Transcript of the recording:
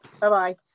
Bye-bye